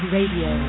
Radio